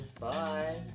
Bye